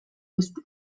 beste